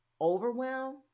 overwhelm